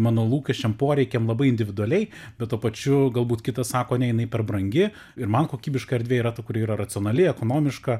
mano lūkesčiam poreikiam labai individualiai bet tuo pačiu galbūt kitas sako ne jinai per brangi ir man kokybiška erdvė yra ta kuri yra racionali ekonomiška